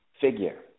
figure